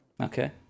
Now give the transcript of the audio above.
Okay